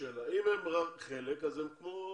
אם הם חזרו חלק, הם כמו